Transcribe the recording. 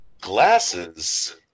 glasses